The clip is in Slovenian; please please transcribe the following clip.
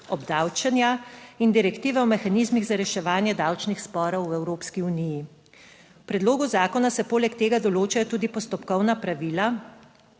obdavčenja in direktive o mehanizmih za reševanje davčnih sporov v Evropski uniji. V predlogu zakona se poleg tega določajo tudi postopkovna pravila,